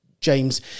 James